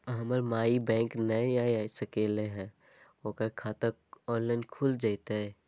हमर माई बैंक नई आ सकली हई, ओकर खाता ऑनलाइन खुल जयतई?